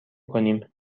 کنیم